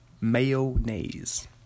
Mayonnaise